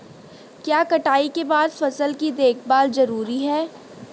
क्या कटाई के बाद फसल की देखभाल जरूरी है?